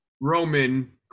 Roman